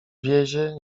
wiezie